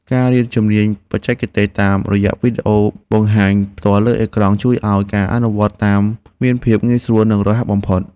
ការរៀនជំនាញបច្ចេកទេសតាមរយៈវីដេអូបង្ហាញផ្ទាល់លើអេក្រង់ជួយឱ្យការអនុវត្តតាមមានភាពងាយស្រួល និងរហ័សបំផុត។